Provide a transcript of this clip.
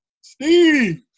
Steve